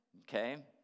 okay